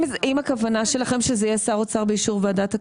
אם הכוונה שלכם שזה יהיה שר האוצר באישור ועדת הכספים,